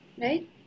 right